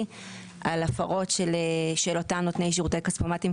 על הפרות של אותם נותני שירותי כספומטים,